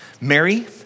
Mary